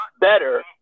better